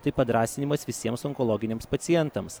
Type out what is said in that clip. tai padrąsinimas visiems onkologiniams pacientams